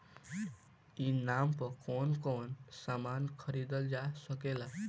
ई नाम पर कौन कौन समान खरीदल जा सकेला?